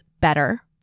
better